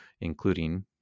including